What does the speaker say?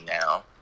now